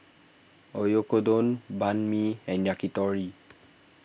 Oyakodon Banh Mi and Yakitori